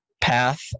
path